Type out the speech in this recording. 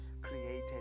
created